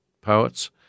poets